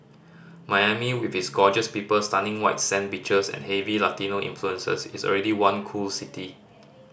Miami with its gorgeous people stunning white sand beaches and heavy Latino influences is already one cool city